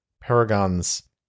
paragons